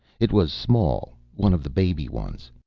it was small, one of the baby ones.